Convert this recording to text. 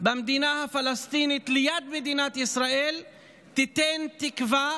במדינה הפלסטינית ליד מדינת ישראל תיתן תקווה